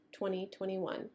2021